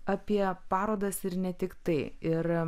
apie parodas ir ne tiktai ir